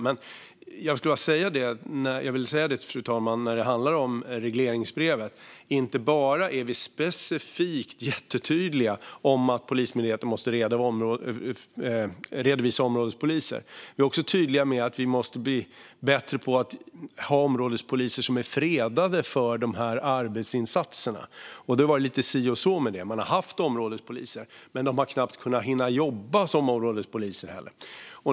Men, fru talman, när det gäller regleringsbrevet är vi inte bara specifikt jättetydliga med att Polismyndigheten måste redovisa områdespoliser - vi är också tydliga med att vi måste ha områdespoliser som är fredade för dessa arbetsinsatser. Det har det varit lite si och så med. Man har haft områdespoliser, men de har knappt hunnit jobba i den rollen.